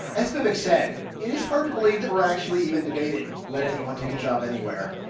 as vivek said, it is hard to believe that we're actually even debating let anyone take a job anywhere.